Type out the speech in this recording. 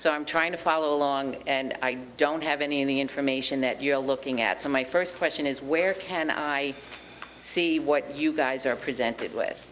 so i'm trying to follow along and i don't have any of the information that you're looking at so my first question is where can i see what you guys are presented with